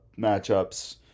matchups